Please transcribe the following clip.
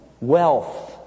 wealth